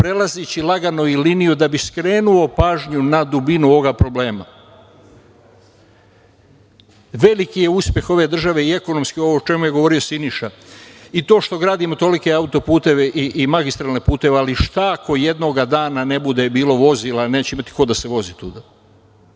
prelazeći lagano i liniju da bih skrenuo pažnju na dubinu ovog problema. Veliki je uspeh ove države i ekonomski, i ovo o čemu je govorio Siniša i to što gradimo tolike puteve i magistralne puteve, ali šta ako jednog dana ne bude bilo vozila, neće imati ko da se vozi tuda. Nama